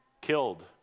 killed